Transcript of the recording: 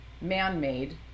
man-made